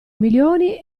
milioni